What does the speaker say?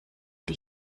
die